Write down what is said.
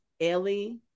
Ellie